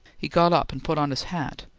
he got up and put on his hat,